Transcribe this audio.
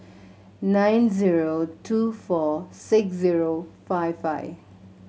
nine zero two four six zero five five